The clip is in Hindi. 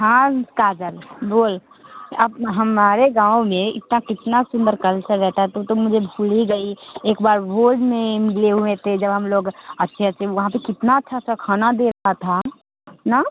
हाँ काजल बोल अब हमारे गाँव में इतना कितना सुंदर कल्चर रहता है तू तो मुझे भूल ही गई एक बार भोज में मिले हुए थे जब हम लोग अच्छे से वहाँ पे कितना अच्छा अच्छा खाना दे रहा था ना